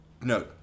no